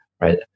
Right